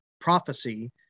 prophecy